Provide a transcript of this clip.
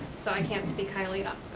so i can't speak highly enough